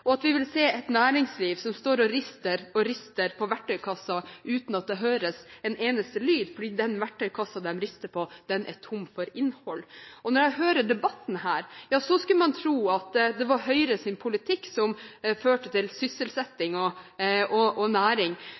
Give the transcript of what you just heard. og at vi vil se et næringsliv som står og rister og rister på verktøykassen uten at det høres en eneste lyd, fordi den verktøykassen de rister på, er tom for innhold. Og når man hører debatten her, skulle man tro at det var Høyres politikk som førte til sysselsetting og næring,